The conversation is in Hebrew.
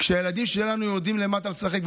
כשהילדים שלנו יורדים למטה לשחק,